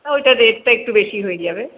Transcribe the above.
ওইটা রেটটা একটু বেশি হয়ে যাবে